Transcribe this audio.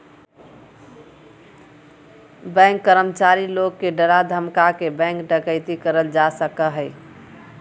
bank कर्मचारी लोग के डरा धमका के बैंक डकैती करल जा सका हय